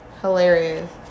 Hilarious